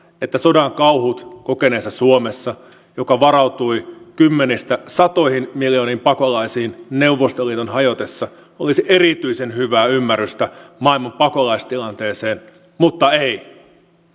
että sodan kauhut kokeneessa suomessa joka varautui kymmenistä satoihin miljooniin pakolaisiin neuvostoliiton hajotessa olisi erityisen hyvää ymmärrystä maailman pakolaistilanteeseen mutta ei